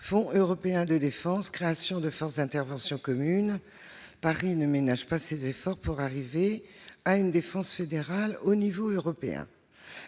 Fonds européen de défense, création de forces d'intervention communes : Paris ne ménage pas ses efforts pour faire émerger une défense fédérale au niveau européen.